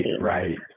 Right